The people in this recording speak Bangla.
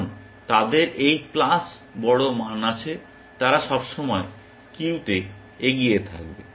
কারণ তাদের এই প্লাস বড় মান আছে তারা সবসময় কিউতে এগিয়ে থাকবে